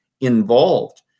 involved